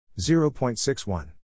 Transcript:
0.61